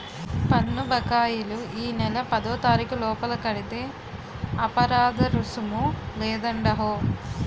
పన్ను బకాయిలు ఈ నెల పదోతారీకు లోపల కడితే అపరాదరుసుము లేదండహో